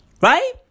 Right